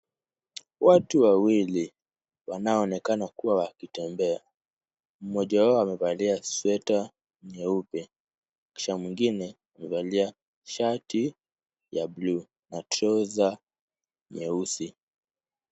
Watu wawili. Wanaoonekana kuwa wakitembea. Mmoja wao amevalia sweta nyeupe, kisha mwingine amevalia shati ya buluu na trouser nyeusi.